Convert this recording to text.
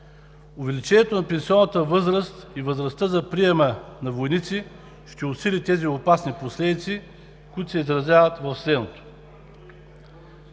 Увеличението на пенсионната възраст и възрастта за приема на войници ще усили тези опасни последици, които се изразяват в следното.